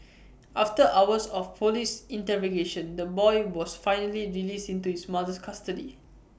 after hours of Police interrogation the boy was finally released into his mother's custody